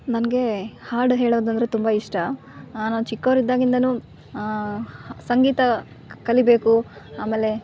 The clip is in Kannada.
ನನಗೆ ಹಾಡು ಹೇಳೋದಂದರೆ ತುಂಬ ಇಷ್ಟ ನಾನು ಚಿಕ್ಕವರಿದ್ದಾಗಿಂದ ಸಂಗೀತ ಕಲಿಬೇಕು ಆಮೇಲೆ